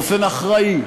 באופן אחראי,